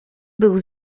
był